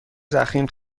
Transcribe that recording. ضخیم